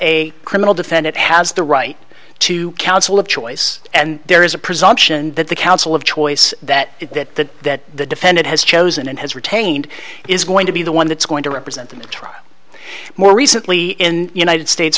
a criminal defendant has the right to counsel of choice and there is a presumption that the counsel of choice that is that that the defendant has chosen and has retained is going to be the one that's going to represent them to try more recently in united states